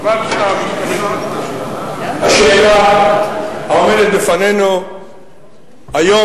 חבל שאתה משתמש השאלה העומדת בפנינו היום,